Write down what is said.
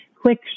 quick